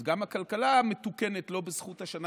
אז גם הכלכלה מתוקנת לא בזכות השנה